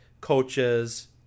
coaches